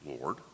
Lord